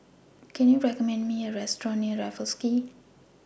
Can YOU recommend Me A Restaurant near Raffles Quay